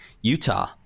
utah